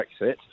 Brexit